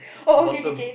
bottom